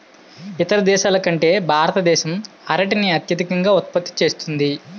ఇతర దేశాల కంటే భారతదేశం అరటిని అత్యధికంగా ఉత్పత్తి చేస్తుంది